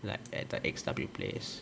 like at the eggs W place